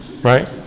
Right